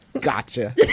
Gotcha